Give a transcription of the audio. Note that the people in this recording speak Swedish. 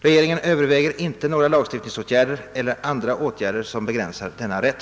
Regeringen överväger inte några lagstiftningsåtgärder eller andra åtgärder som begränsar denna rätt.